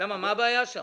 מה הבעיה שם?